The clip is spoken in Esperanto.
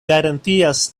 garantias